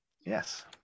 Yes